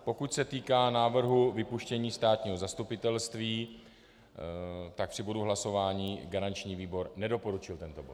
Pokud se týká návrhu vypuštění státního zastupitelství, tak při bodu hlasování garanční výbor nedoporučil tento bod.